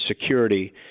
security